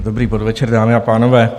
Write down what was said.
Dobrý podvečer, dámy a pánové.